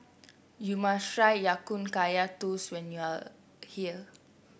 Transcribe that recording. you must try Ya Kun Kaya Toast when you are here